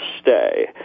stay